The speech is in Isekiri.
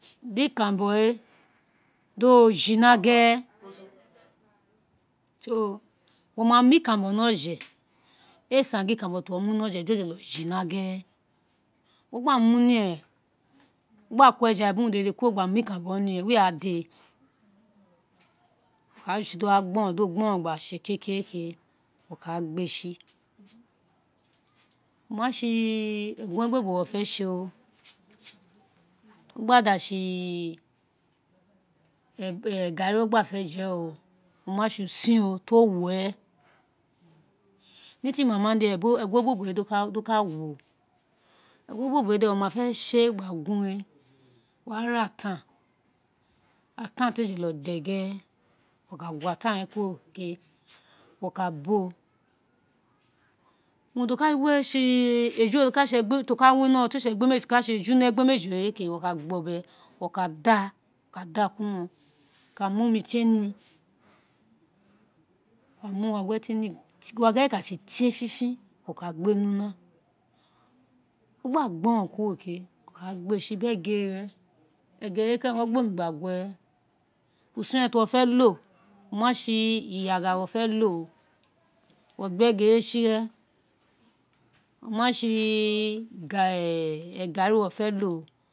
biri ikan ranbo we, di o jina gere, mo ma mu ikanranbo ni oje ee san gin ikanranbo ti uwo mu ni oje di o jolo jina gere, wo gba mu ni ren, wo gba ko eja bi urun dede kuro gba mu ikanranbo mu ni wo wa dusi do gbo ron, gba se kekere ke wo ka gbe si, o ma si egun obobo wo fe se, o gba da se garri wo gba fe je, o ma se usin, to wuo ni ti mama de egun obobo we ka yon egun obobo we wo mafe see gba gun we wo wa ra ataan, ataan te jolo den gerere, wo ka ratan kuro ke, wo ka bo, urun ti o ka wi egbelemeji ti oka se se eju we, wo ka gba obe, wo ka da kuro ino wo ka omi tie ni wo ka mu urangue tie ni gba gue, urangue we kase tie fin fin wo ka gbe ni una o gba gboron kuro ke, wo ka gbe si biri egere re, egere we keren di wo gba omi gba gue usin re ti wo fe lo, o ma si iya gha wofé lo, wo egere we si ren o wasi garri wo le lo.